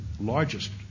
largest